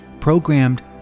programmed